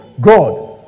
God